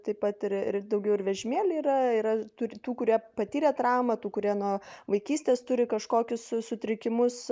taip pat ir daugiau ir vežimėly yra yra tų kurie patyrė traumą tų kurie nuo vaikystės turi kažkokius su sutrikimus